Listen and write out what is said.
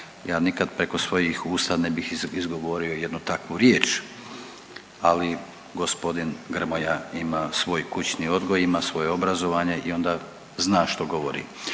Ja nikad preko svojih usta ne bih izgovorio jednu takvu riječ, ali g. Grmoja ima svoj kućni odgoj, ima svoje obrazovanje i onda zna što govori.